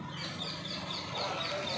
విత్తనాలు లోతుగా వెయ్యకుండా ఎలా చూసుకోవాలి?